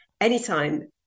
anytime